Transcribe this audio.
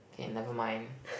K nevermind